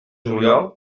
juliol